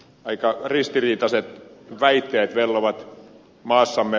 aika ristiriitaiset väitteet vellovat maassamme